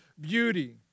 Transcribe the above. beauty